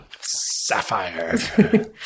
Sapphire